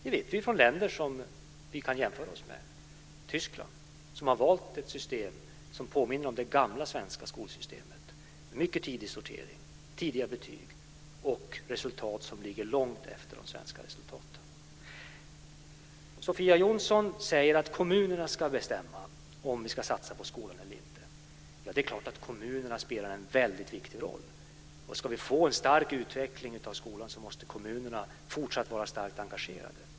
Det vet vi från länder som vi kan jämföra oss med. Tyskland har valt ett system som påminner om det gamla svenska skolsystemet, en mycket tidig sortering, tidiga betyg och resultat som ligger långt efter de svenska resultaten. Sofia Jonsson säger att kommunerna ska bestämma om vi ska satsa på skolan eller inte. Det är klart att kommunerna spelar en väldigt viktig roll. Ska vi få en stark utveckling av skolan måste kommunerna vara fortsatt starkt engagerade.